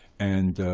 and